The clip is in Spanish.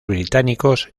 británicos